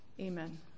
Amen